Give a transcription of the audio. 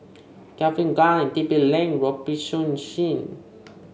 Calvin Klein and T P Link Robitussin